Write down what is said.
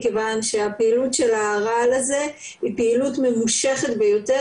מכיוון שהפעילות של הרעל הזה היא פעילות ממושכת ביותר,